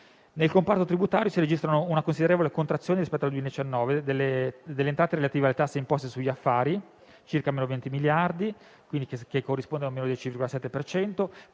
Nel comparto tributario si registra una considerevole contrazione, rispetto al 2019, delle entrate relative alle tasse e imposte sugli affari, pari a circa - 20 miliardi di euro, che corrisponde quindi